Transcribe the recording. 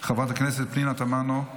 חברת הכנסת פנינה תמנו,